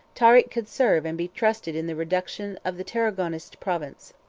tarik could serve and be trusted in the reduction of the tarragonest province.